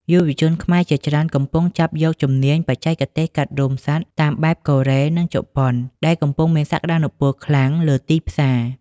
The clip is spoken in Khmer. យុវជនខ្មែរជាច្រើនកំពុងចាប់យកជំនាញបច្ចេកទេសកាត់រោមសត្វតាមបែបកូរ៉េ និងជប៉ុន ដែលកំពុងមានសក្ដានុពលខ្លាំងលើទីផ្សារ។